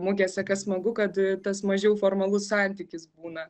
mugėse kad smagu kad tas mažiau formalus santykis būna